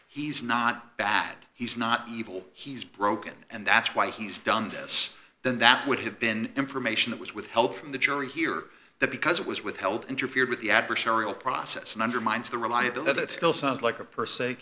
he's not bad he's not evil he's broken and that's why he's done this then that would have been information that was withheld from the jury hear that because it was withheld interfered with the adversarial process and undermines the reliability it's still sounds like a per se